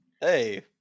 hey